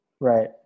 Right